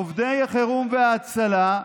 עובדי חירום והצלה,